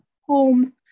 home